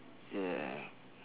ya